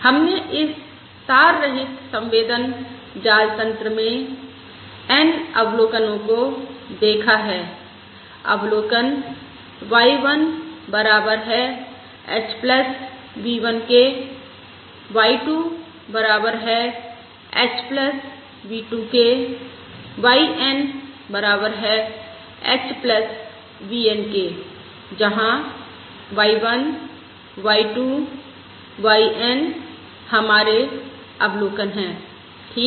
हमने इस तार रहित संवेदन जाल तंत्र मे N अवलोकनो को देखा है अवलोकन y1 बराबर है hv1 के y2 बराबर है hv2 के yN बराबर है hvN के जहां y1 y2 yN हमारे अवलोकन हैं ठीक